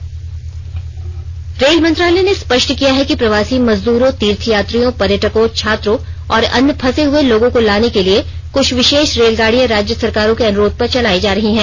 rail मंत्रालय rail मंत्रालय ने स्पष्ट किया है कि प्रवासी मजदूरों तीर्थयात्रियों पर्यटकों छात्रों और अन्य फंसे हुए लोगों को लाने के लिए कुछ विशेष रेलगाडियां राज्य सरकारों के अनुरोध पर चलाई जा रही हैं